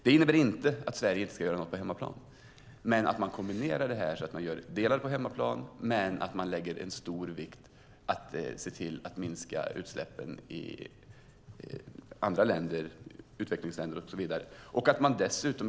Det innebär inte att vi inte ska göra något på hemmaplan, men man kan kombinera detta och göra en del på hemmaplan samtidigt som man ser till att minska utsläppen i andra länder, till exempel utvecklingsländer.